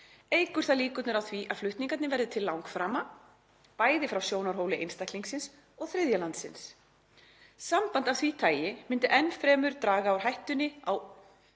eykur það líkurnar á því að flutningarnir verði til langframa, bæði frá sjónarhóli einstaklingsins og þriðja landsins. Samband af því tagi myndi enn fremur draga úr hættunni á